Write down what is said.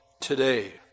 today